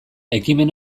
ekimen